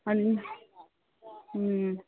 ꯑꯗꯨꯅꯦ ꯎꯝ